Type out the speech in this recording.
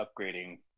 upgrading